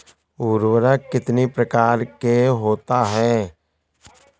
उर्वरक कितनी प्रकार के होता हैं?